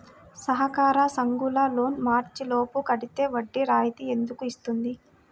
సహకార సంఘాల లోన్ మార్చి లోపు కట్టితే వడ్డీ రాయితీ ఎందుకు ఇస్తుంది?